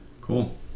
Cool